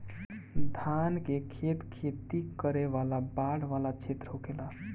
धान के खेत खेती करे वाला बाढ़ वाला क्षेत्र होखेला